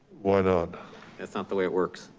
why not? that's not the way it works.